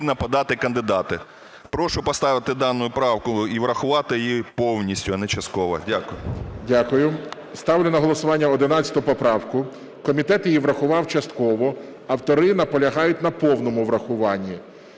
Дякую. Ставлю на голосування 11 поправку. Комітет її врахував частково, автори наполягають на повному врахуванні.